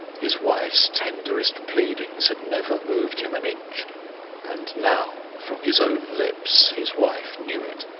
his wife's tenderest pleadings had never moved him an inch and now, from his own lips, his wife knew it.